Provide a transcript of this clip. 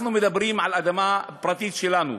אנחנו מדברים על אדמה פרטית שלנו.